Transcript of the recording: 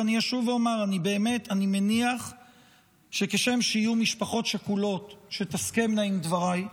ואני אשוב ואומר: אני מניח שכשם שיהיו משפחות שכולות שתסכמנה עם דבריי,